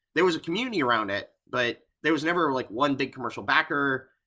there was a community around it, but there was never like one big commercial backer,